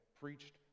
preached